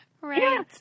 right